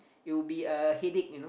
it'll be a headache you know